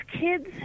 kids